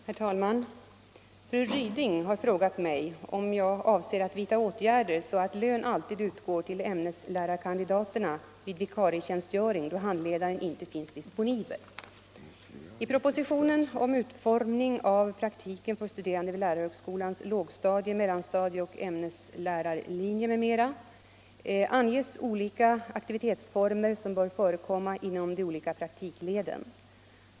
Herr talman! Fru Ryding har frågat mig om jag avser att vidta åtgärder så att lön alltid utgår till ämneslärarkandidaterna vid vikarietjänstgöring då handledaren inte finns disponibel. I propositionen om utformning av praktiken för studerande vid lärarhögskolans lågstadie-, mellanstadieoch ämneslärarlinje m.m. anges 149 olika aktivitetsformer som bör förekomma inom de olika praktikleden.